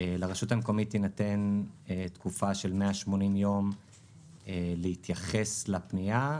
לרשות המקומית תינתן תקופה של 180 יום להתייחס לפנייה,